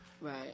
Right